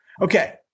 okay